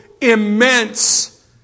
immense